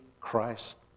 Christ